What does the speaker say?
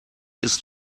ist